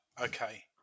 Okay